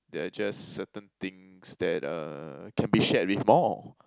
there are just certain things that uh can be shared with more